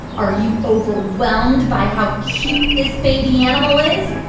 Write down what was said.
are you overwhelmed by how cute this baby animal is?